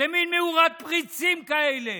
למין מאורת פריצים כאלה